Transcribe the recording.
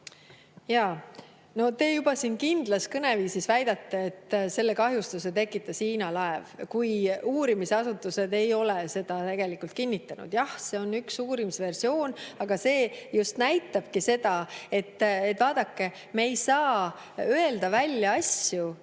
No te juba kindlas kõneviisis väidate, et selle kahjustuse tekitas Hiina laev, kuigi uurimisasutused ei ole seda kinnitanud. Jah, see on üks uurimisversioon, aga see just näitabki seda, et vaadake, me ei saa öelda välja asju,